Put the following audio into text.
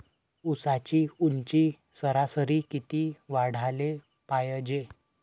ऊसाची ऊंची सरासरी किती वाढाले पायजे?